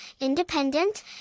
independent